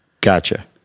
Gotcha